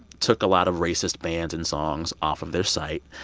took a lot of racist bands and songs off of their site.